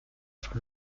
from